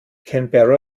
canberra